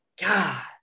God